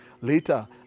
later